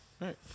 Right